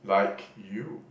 like you